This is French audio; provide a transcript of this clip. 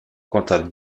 contre